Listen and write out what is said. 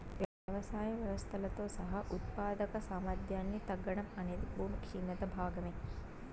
వ్యవసాయ వ్యవస్థలతో సహా ఉత్పాదక సామర్థ్యాన్ని తగ్గడం అనేది భూమి క్షీణత భాగమే